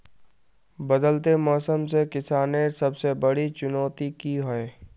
बदलते मौसम से किसानेर सबसे बड़ी चुनौती की होय?